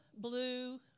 blue